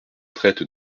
traite